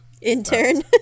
Intern